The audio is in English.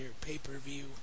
pay-per-view